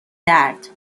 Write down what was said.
درد